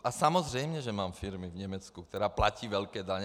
A samozřejmě, že mám firmy v Německu, které platí velké daně.